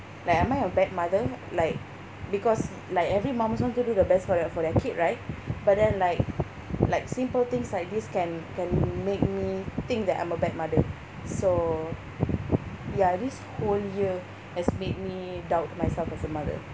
like am I a bad mother like because like every mums want to do the best for the for their kid right but then like like simple things like this can can make me think that I'm a bad mother so ya this whole year has made me doubt myself as a mother